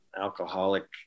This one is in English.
alcoholic